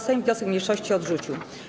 Sejm wniosek mniejszości odrzucił.